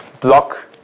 block